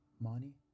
Money